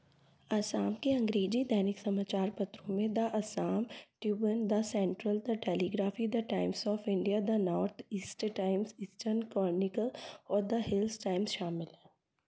असाम के अंग्रेजी दैनिक समाचार पत्रों में the Assam tribune the central the telegraph the times of India the north east times eastern chronicle और द हिल्स टाइम्स शामिल हैं